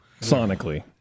Sonically